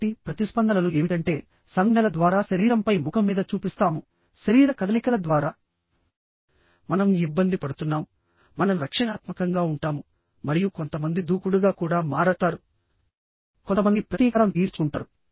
కాబట్టి ప్రతిస్పందనలు ఏమిటంటే సంజ్ఞల ద్వారా శరీరంపై ముఖం మీద చూపిస్తాము శరీర కదలికల ద్వారా మనం ఇబ్బంది పడుతున్నాం మనం రక్షణాత్మకంగా ఉంటాము మరియు కొంతమంది దూకుడుగా కూడా మారతారు కొంతమంది ప్రతీకారం తీర్చుకుంటారు